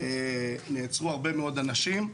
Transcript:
נעצרו הרבה מאוד אנשים,